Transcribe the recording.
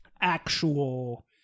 actual